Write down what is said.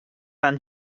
tan